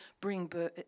bring